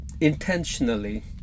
intentionally